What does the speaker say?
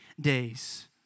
days